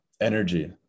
energy